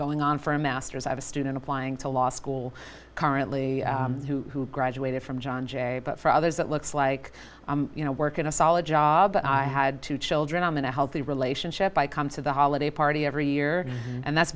going on for a masters of a student applying to law school currently who graduated from john jay but for others it looks like you know work in a solid job but i had two children i'm in a healthy relationship i come to the holiday party every year and that's